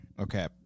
Okay